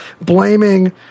blaming